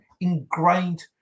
ingrained